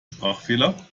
sprachfehler